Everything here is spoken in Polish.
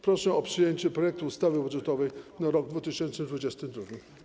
Proszę o przyjęcie projektu ustawy budżetowej na rok 2022.